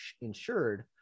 insured